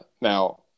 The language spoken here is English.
Now